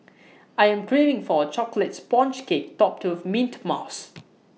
I am craving for A Chocolate Sponge Cake Topped with Mint Mousse